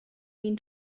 mean